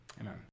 Amen